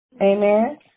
Amen